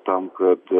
tam kad